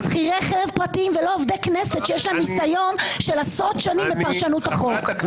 את עובדת בשביל הסקטור שבחר אותך.